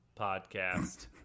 podcast